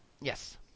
Yes